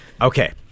Okay